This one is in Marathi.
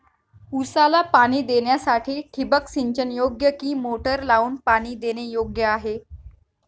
ऊसाला पाणी देण्यासाठी ठिबक सिंचन योग्य कि मोटर लावून पाणी देणे योग्य आहे?